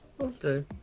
Okay